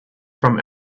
from